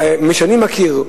מי שאני מכיר,